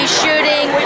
shooting